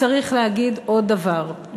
יש להגיד עוד דבר,